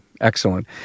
Excellent